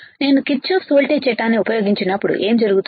నేను Kirchhoff's voltage చట్టాన్ని ఉపయోగించినప్పుడు ఏమి జరుగుతుంది